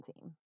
team